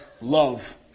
love